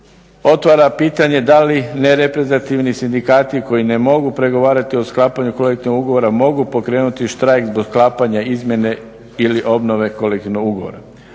otvara pitanje da li ne reprezentativni sindikati koji ne mogu pregovarati o sklapanju kolektivnog ugovora mogu pokrenuti štrajk zbog sklapanja izmjene ili obnove kolektivnog ugovora.